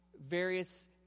various